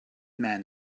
man